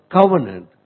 covenant